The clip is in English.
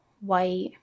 white